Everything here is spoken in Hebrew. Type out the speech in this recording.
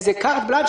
איזה קארט בלאנש,